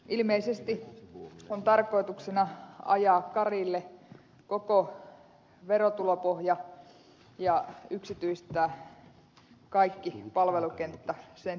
ilmeisesti on tarkoituksena ajaa karille koko verotulopohja ja yksityistää koko palvelukenttä sen tiimoilta